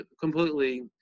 completely